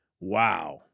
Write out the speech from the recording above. Wow